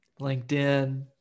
linkedin